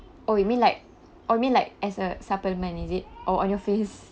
oh you mean like oh you mean like as a supplement is it or on your face